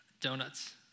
Donuts